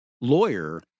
lawyer